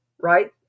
Right